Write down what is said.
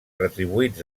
retribuïts